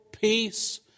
peace